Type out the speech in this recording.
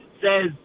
says